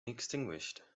extinguished